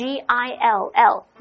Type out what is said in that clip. G-I-L-L